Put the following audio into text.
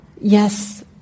yes